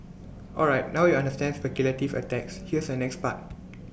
alright now you understand speculative attacks here's the next part